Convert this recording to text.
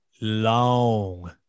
long